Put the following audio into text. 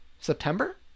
september